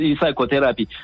psychotherapy